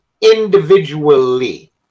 individually